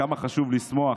כמה חשוב לשמוח